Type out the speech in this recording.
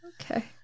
Okay